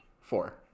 Four